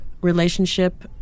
relationship